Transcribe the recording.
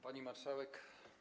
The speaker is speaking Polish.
Pani Marszałek!